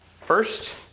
First